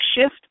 shift